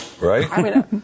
Right